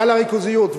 ועל הריכוזיות.